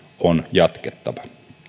on jatkettava